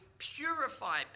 purify